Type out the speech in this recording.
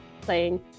playing